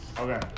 Okay